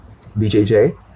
BJJ